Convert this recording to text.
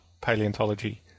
paleontology